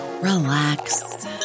relax